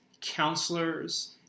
counselors